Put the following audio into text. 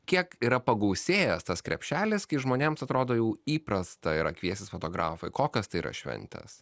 kiek yra pagausėjęs tas krepšelis kai žmonėms atrodo jau įprasta yra kviestis fotografą kokios tai yra šventės